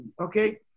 Okay